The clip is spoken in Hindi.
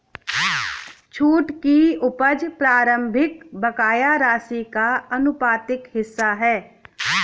छूट की उपज प्रारंभिक बकाया राशि का आनुपातिक हिस्सा है